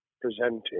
presenting